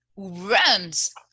runs